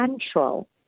central